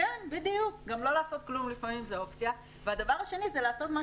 כן, בדיוק, לא לעשות כלום לפעמים זאת אופציה.